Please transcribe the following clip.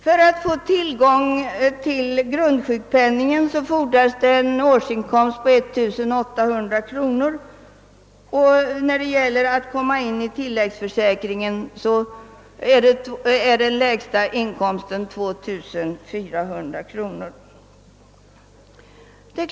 För rätt till grundsjukpenning fordras en inkomst på lägst 1800 kronor om året och för rätt att tillhöra den frivilliga sjukförsäkringen en lägsta inkomst på 2 400 kronor.